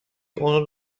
اون